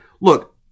look